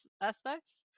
aspects